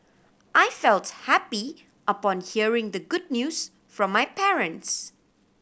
I felt happy upon hearing the good news from my parents